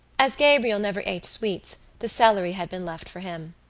as gabriel never ate sweets the celery had been left for him.